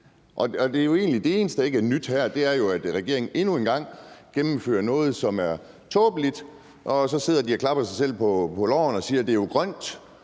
at det eneste, der ikke er nyt her, er, at regeringen endnu en gang gennemfører noget, som er tåbeligt, og så sidder de og klapper sig selv på lårene og siger: Det er jo grønt.